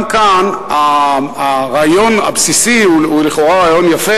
גם כאן הרעיון הבסיסי הוא לכאורה רעיון יפה